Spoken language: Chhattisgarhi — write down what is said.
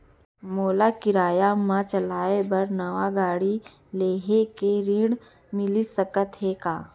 मोला किराया मा चलाए बर नवा गाड़ी लेहे के ऋण मिलिस सकत हे का?